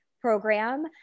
program